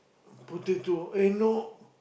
potato eh no